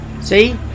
See